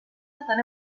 estan